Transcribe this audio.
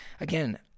again